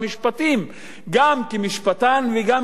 גם כמשפטן וגם כפוליטיקאי